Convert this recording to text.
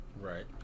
Right